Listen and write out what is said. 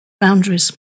boundaries